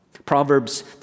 Proverbs